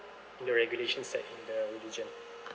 in the regulation set in the religion